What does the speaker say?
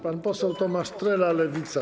Pan poseł Tomasz Trela, Lewica.